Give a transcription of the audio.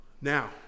Now